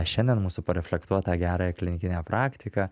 šiandien mūsų pareflektuotą gerąją klinikinę praktiką